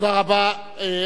תודה רבה.